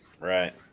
Right